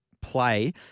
play